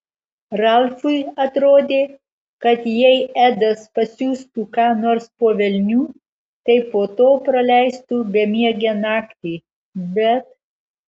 ralfui atrodė kad jei edas pasiųstų ką nors po velnių tai po to praleistų bemiegę naktį bet